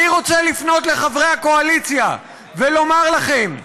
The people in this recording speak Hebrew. אני רוצה לפנות לחברי הקואליציה ולומר לכם: